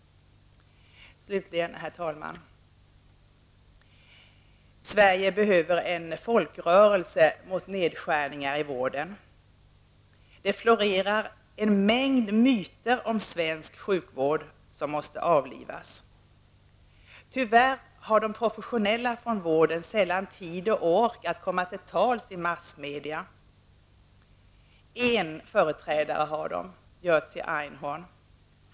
Herr talman! Sverige behöver en folkrörelse mot nedskärningar i vården! Det florerar en mängd myter om svensk sjukvård som måste avlivas. Tyvärr har de professionella i vården sällan tid eller ork att komma till tals i massmedia. Det finns en företrädare, Jerzy Einhorn.